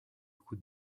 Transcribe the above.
coûts